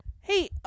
Hey